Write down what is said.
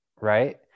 right